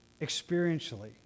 Experientially